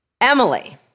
Emily